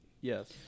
Yes